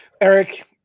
Eric